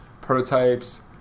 prototypes